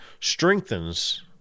strengthens